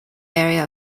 area